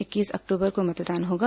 इक्कीस अक्टूबर को मतदान होगा